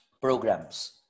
programs